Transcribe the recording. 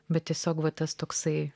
bet tiesiog va tas toksai